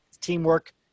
Teamwork